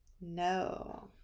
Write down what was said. No